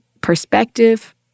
perspective